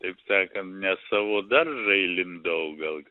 taip sakant ne savo daržą įlindau gal